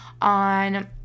on